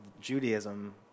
Judaism